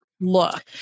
look